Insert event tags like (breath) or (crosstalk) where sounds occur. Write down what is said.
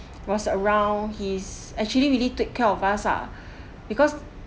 was around he's actually really take care of us ah (breath) because